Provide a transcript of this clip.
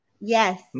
Yes